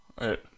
Right